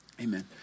Amen